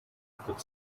could